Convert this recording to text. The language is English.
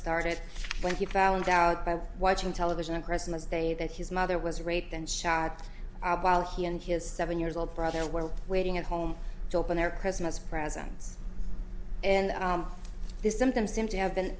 started when he found out by watching television and christmas day that his mother was raped and shot while he and his seven years old brother were waiting at home to open their christmas presents and these symptoms seem to have been